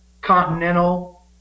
Continental